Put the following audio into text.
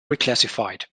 reclassified